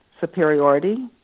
superiority